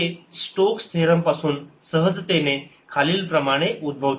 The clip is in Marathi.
हे स्ट्रोक्स थेरम पासून सहजतेने खालील प्रमाणे उद्भवते